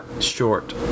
short